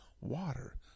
water